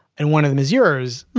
and one of them is yours.